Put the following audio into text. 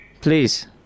Please